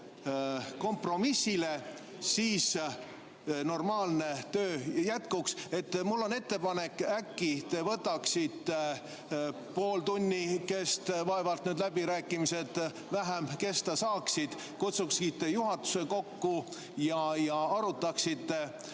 kompromissile, siis normaalne töö jätkuks. Mul on ettepanek, et äkki te võtaksite pool tunnikest – vaevalt need läbirääkimised vähem kesta saaksid –, kutsuksite juhatuse kokku ja arutaksite